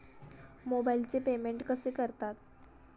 मोबाइलचे पेमेंट कसे करतात?